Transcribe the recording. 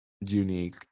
unique